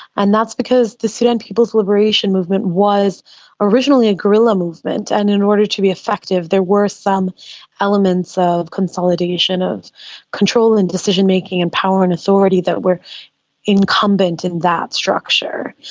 and that's because the sudan people's liberation movement was originally a guerrilla movement, and in order to be effective there were some elements of consolidation, of control and decision-making and power and authority that were incumbent in that structure.